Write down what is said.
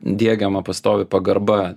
diegiama pastovi pagarba